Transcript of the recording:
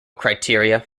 criteria